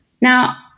now